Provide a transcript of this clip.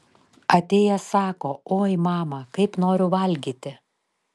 atėjęs sako oi mama kaip noriu valgyti